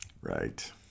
Right